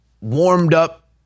warmed-up